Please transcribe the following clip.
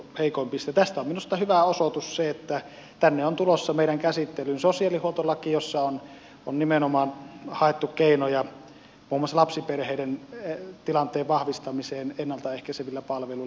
tästä on minusta hyvä osoitus se että tänne on tulossa meidän käsittelyymme sosiaalihuoltolaki jossa on nimenomaan haettu keinoja muun muassa lapsiperheiden tilanteen vahvistamiseen ennalta ehkäisevillä palveluilla